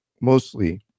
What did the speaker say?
mostly